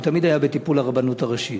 והוא תמיד היה בטיפול הרבנות הראשית.